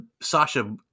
Sasha